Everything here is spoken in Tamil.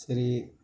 சரி